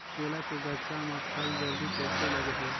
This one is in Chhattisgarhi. केला के गचा मां फल जल्दी कइसे लगही?